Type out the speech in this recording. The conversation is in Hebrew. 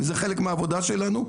זה חלק מהעבודה שלנו,